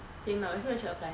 same lah 我也是没有去 apply